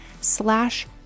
slash